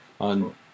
on